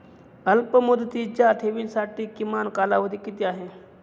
अल्पमुदतीच्या ठेवींसाठी किमान कालावधी किती आहे?